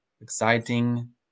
exciting